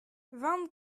vingt